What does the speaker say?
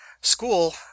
school